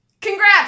Congrats